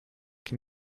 che